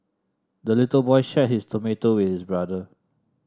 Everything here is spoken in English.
the little boy shared his tomato with his brother